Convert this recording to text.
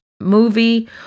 Movie